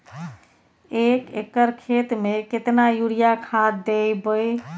एक एकर खेत मे केतना यूरिया खाद दैबे?